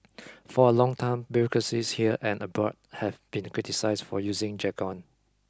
for a long time bureaucracies here and abroad have been criticized for using jargon